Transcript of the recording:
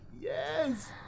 yes